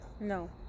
No